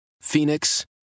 Phoenix